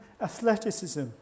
athleticism